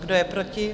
Kdo je proti?